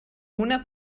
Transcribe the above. una